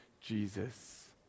Jesus